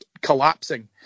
collapsing